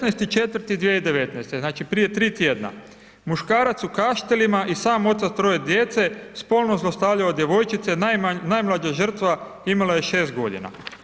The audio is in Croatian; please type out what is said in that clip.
16.4.2019., znači prije 3 tjedna, muškarac u Kaštelima i sam otac troje djece, spolno zlostavljao djevojčice, najmlađa žrtva imala je 6 godina.